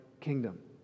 kingdom